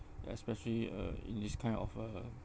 ya especially uh in this kind of uh